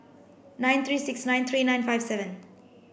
nine three six nine three nine five seven